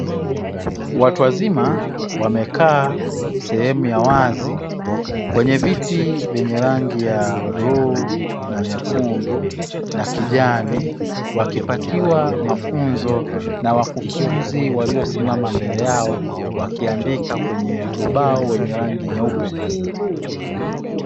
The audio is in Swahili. Watu wazima wamekaa sehemu ya wazi kwenye viti vyenye rangi ya bluu na nyekundu na kijani wakipatiwa mafunzo na wakufunzi waliosimama mbele yao wakiandika kwenye ubao wenye rangi nyeupe.